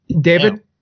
David